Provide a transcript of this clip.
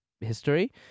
history